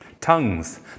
Tongues